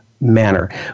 manner